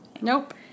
nope